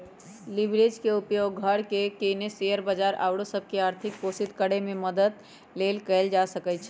leverage के उपयोग घर किने, शेयर बजार आउरो सभ के आर्थिक पोषित करेमे मदद लेल कएल जा सकइ छै